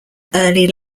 early